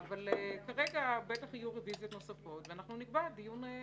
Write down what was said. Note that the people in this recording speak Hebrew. אבל בטח יהיו רביזיות נוספות ואנחנו נקבע דיון רביזיה.